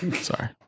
Sorry